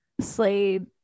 Slade